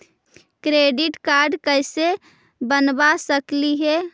Credit card कैसे बनबा सकली हे?